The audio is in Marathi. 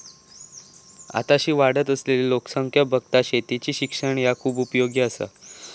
आताशी वाढत असलली लोकसंख्या बघता शेतीचा शिक्षण ह्या खूप उपयोगी आसा